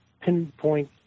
pinpoint